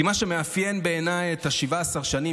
כי מה שמאפיין בעיניי את 17 השנים,